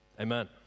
Amen